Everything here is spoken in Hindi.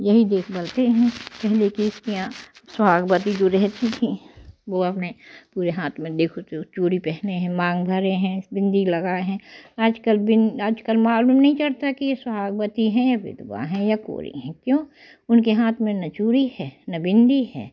यही देश बदले हैं पहले किसी के यहाँ सुहागवती जो रहती थी वो अपने पूरे हाथ में देखो तो चूड़ी पहने मांग भरे हैं बिंदी लगाएं हैं आज कल आज कल मालूम नहीं चलता की सुहागवती हैं विधवा है या कुंवारी है उनके हाथ में न चूड़ी है न बिंदी है